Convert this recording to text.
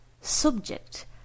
subject